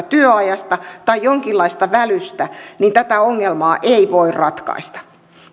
työajasta tai jonkinlaista välystä tätä ongelmaa ei voi ratkaista